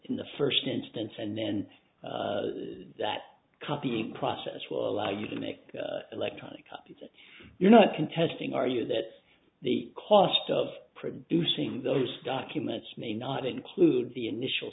in the first instance and then that copying process will allow you to make electronic copies you're not contesting are you that the cost of producing those documents may not include the initial